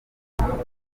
fantastic